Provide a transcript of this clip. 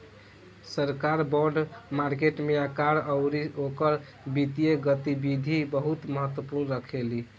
सरकार bond market के आकार अउरी ओकर वित्तीय गतिविधि बहुत महत्व रखेली